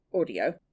audio